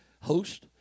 host